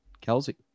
Kelsey